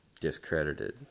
discredited